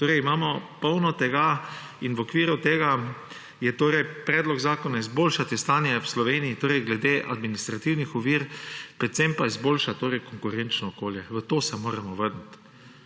Torej, imamo polno tega in v okviru tega je torej predlog zakona izboljšati stanje v Sloveniji glede administrativnih ovir, predvsem pa izboljšati konkurenčno okolje. V to se moramo vrniti.